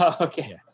Okay